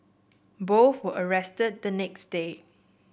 both were arrested the next day